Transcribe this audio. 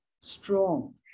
strong